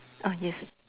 ah yes